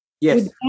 Yes